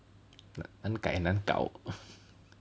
like 很改难搞